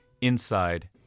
inside